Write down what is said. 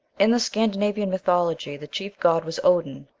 in the scandinavian mythology the chief god was odin,